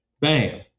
Bam